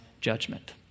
judgment